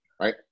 right